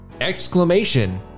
Exclamation